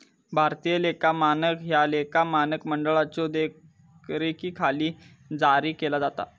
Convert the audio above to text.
भारतीय लेखा मानक ह्या लेखा मानक मंडळाच्यो देखरेखीखाली जारी केला जाता